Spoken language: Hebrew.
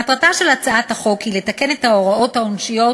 מטרתה של הצעת החוק היא לתקן את ההוראות העונשיות